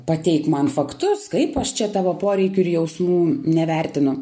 pateik man faktus kaip aš čia tavo poreikių ir jausmų nevertinu